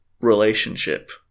relationship